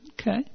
Okay